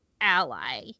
ally